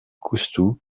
coustou